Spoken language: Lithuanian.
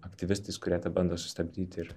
aktyvistais kurie tai bando sustabdyt ir